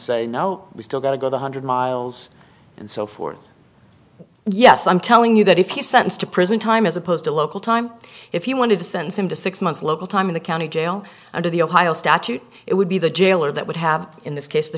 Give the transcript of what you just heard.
say no we still got to go one hundred miles and so forth yes i'm telling you that if he's sentenced to prison time as opposed to local time if you wanted to sentence him to six months local time in the county jail under the ohio statute it would be the jailer that would have in this case the